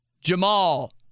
Jamal